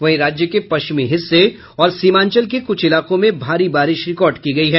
वहीं राज्य के पश्चिमी हिस्से और सीमांचल के क्छ इलाकों में भारी बारिश रिकॉर्ड की गयी है